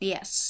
Yes